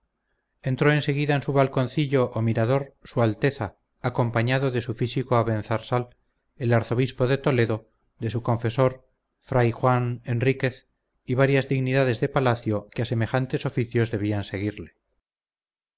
entró en seguida en su balconcillo o mirador su alteza acompañado de su físico abenzarsal del arzobispo de toledo de su confesor fray juan enríquez y de varias dignidades de palacio que a semejantes oficios debían seguirle